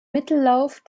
mittellauf